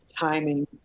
timing